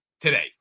today